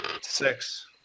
six